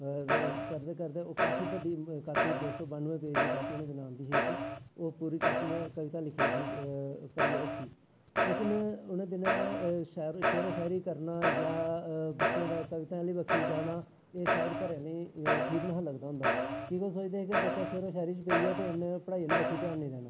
करदे करदे काफी बड्डी कापी दो सौ बानुऐं पेज दी कापी उनैं दिनै आंदी ही इक ओह् कापी में कविता लिखी लिखियै भरियै रक्खी लेकिन उनैं दिनै शेयरो शेयरी करना जां बच्चें दा कवितें आह्ली बक्खी जाना एह् शायद घरे आह्लें गी ठीक नेईं गा लगदा होंदा कि के सोचदे हे बच्चा शेयरो शेयरी आह्ली बक्खी पेई गेआ ते इनें पढ़ाई आह्ली बक्खी ध्यान नी देना